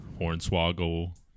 Hornswoggle